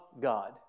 God